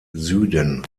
süden